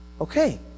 Okay